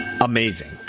amazing